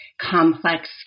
complex